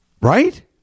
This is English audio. right